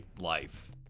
life